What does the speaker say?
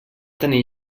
tenir